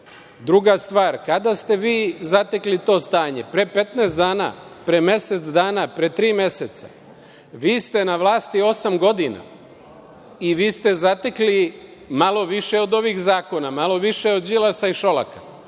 REM.Druga stvar, kada ste vi zatekli to stanje? Pre petnaest dana? Pre mesec dana? Pre tri meseca? Vi ste na vlasti osam godina i vi ste zatekli malo više od ovih zakona, malo više od Đilasa i Šolaka,